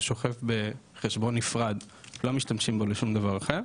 הוא שוכב בחשבון נפרד לא משתמשים בו לשום דבר אחר.